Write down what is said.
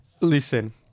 Listen